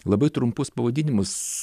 labai trumpus pavadinimus